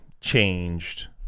changed